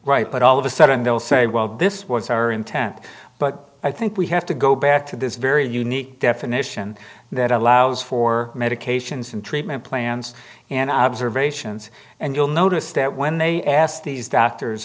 right but all of a sudden they'll say well this was our intent but i think we have to go back to this very unique definition that allows for medications and treatment plans and observations and you'll notice that when they asked these doctors